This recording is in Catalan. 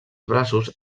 braços